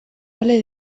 ale